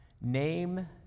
Name